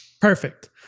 Perfect